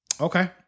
Okay